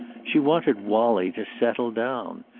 she wanted wallie to settle down.